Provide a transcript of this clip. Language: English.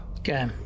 Okay